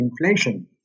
inflation